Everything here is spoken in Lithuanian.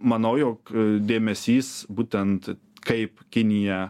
manau jog dėmesys būtent kaip kinija